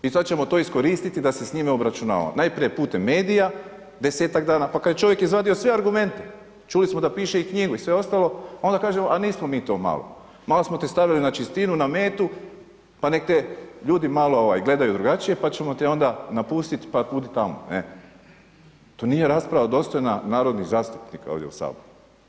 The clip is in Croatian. I sad ćemo to iskoristiti da se s njime obračunavamo, najprije putem medija, desetak dana pa kad čovjek sve izvadio sve argumente, čuli smo da piše i knjigu i sve ostalo, onda kažemo „a nismo mi to malo, malo smo ste stavili na čistinu, na metu pa nek' te ljudi malo gledaju drugačije pa ćemo te onda napustiti pa budi tamo, ne.“ To nije rasprava dostojna narodnih zastupnika ovdje u saboru.